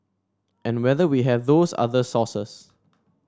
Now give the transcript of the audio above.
and whether we have those other sources